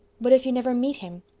what if you never meet him?